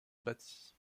bâtie